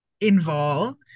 involved